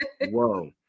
whoa